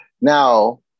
Now